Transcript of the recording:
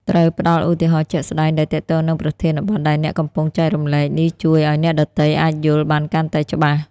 ត្រូវផ្តល់ឧទាហរណ៍ជាក់ស្ដែងដែលទាក់ទងនឹងប្រធានបទដែលអ្នកកំពុងចែករំលែក។ នេះជួយឲ្យអ្នកដទៃអាចយល់បានកាន់តែច្បាស់។